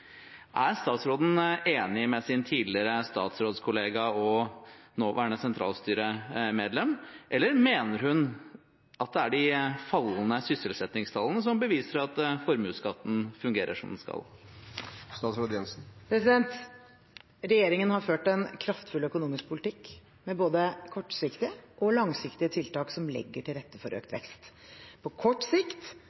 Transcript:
Er statsråden enig med sin tidligere statsrådskollega og sentralstyremedlem, eller mener hun det er de fallende sysselsettingstallene som beviser at kutt i formuesskatten fungerer?» Regjeringen har ført en kraftfull økonomisk politikk med både kortsiktige og langsiktige tiltak som legger til rette for økt